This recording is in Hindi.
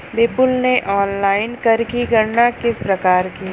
विपुल ने ऑनलाइन कर की गणना किस प्रकार की?